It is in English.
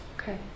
Okay